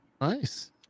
Nice